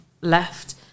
left